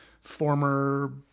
former